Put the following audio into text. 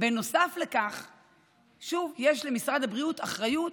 בנוסף לכך שוב, יש למשרד הבריאות אחריות